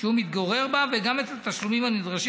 שהוא מתגורר בה וגם את התשלומים הנדרשים